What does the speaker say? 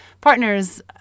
partners